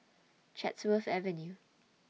Chatsworth Avenue